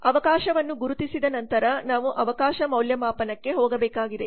ಅವಕಾಶವನ್ನು ಗುರುತಿಸಿದ ನಂತರ ನಾವು ಅವಕಾಶ ಮೌಲ್ಯಮಾಪನಕ್ಕೆ ಹೋಗಬೇಕಾಗಿದೆ